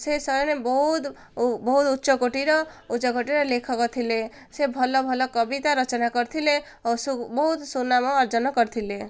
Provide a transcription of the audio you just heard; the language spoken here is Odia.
ସେ ଶୈନୀ ବହୁତ ବହୁତ ଉଚ୍ଚକୋଟିର ଉଚ୍ଚକୋଟିର ଲେଖକ ଥିଲେ ସେ ଭଲ ଭଲ କବିତା ରଚନା କରିଥିଲେ ଓ ବହୁତ ସୁନାମ ଅର୍ଜନ କରିଥିଲେ